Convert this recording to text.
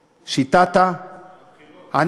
שיטת, הבחירות.